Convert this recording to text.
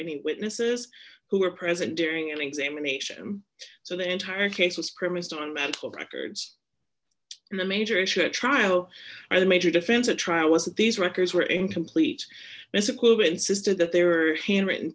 any witnesses who were present during an examination so the entire case was premised on medical records and a major issue a trial where the major defense at trial was that these records were incomplete mystical insisted that they were handwritten